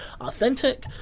authentic